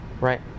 Right